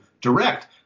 direct